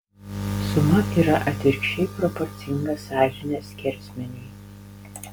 suma yra atvirkščiai proporcinga sąžinės skersmeniui